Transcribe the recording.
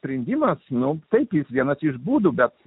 priėjimas nu taip jis vienas iš būdų bet